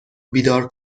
بیدار